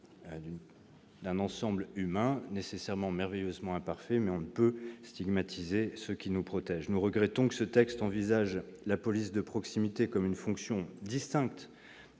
d'un ensemble humain, nécessairement imparfait, mais on ne peut stigmatiser ceux qui nous protègent. Nous regrettons également que ce texte envisage la police de proximité comme une fonction distincte